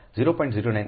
0987 તે મિલી છે